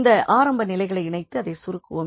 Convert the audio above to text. இந்த ஆரம்ப நிலைகளை இணைத்து அதை சுருக்குவோம்